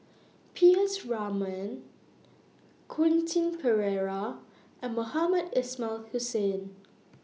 P S Raman Quentin Pereira and Mohamed Ismail Hussain